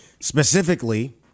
Specifically